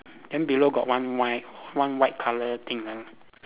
then below got one white one white colour thing ah